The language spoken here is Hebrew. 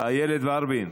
איילת ורבין,